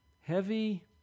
heavy